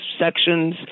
sections